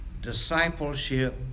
Discipleship